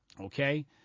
Okay